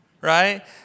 Right